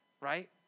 right